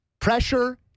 Pressure